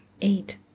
eight